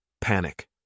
Panic